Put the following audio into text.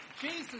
Jesus